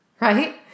right